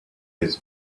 his